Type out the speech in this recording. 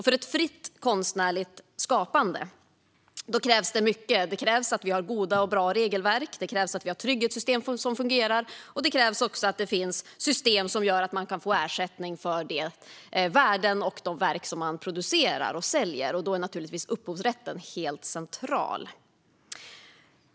För ett fritt konstnärligt skapande krävs det mycket - det krävs att vi har goda och bra regelverk, det krävs att vi har trygghetssystem som fungerar och det krävs att det finns system som gör att man kan få ersättning för de värden och de verk som man producerar och säljer. Då är naturligtvis upphovsrätten helt central.